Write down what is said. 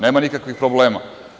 Nema nikakvih problema.